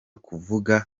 kuvuga